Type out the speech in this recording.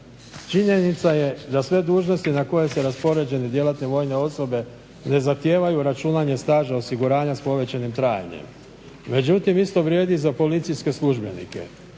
Činjenica je da sve dužnosti na koje su raspoređene djelatne vojne osobe ne zahtijevaju računanje staža osiguranja s povećanim trajanjem, međutim isto vrijedi za policijske službenike.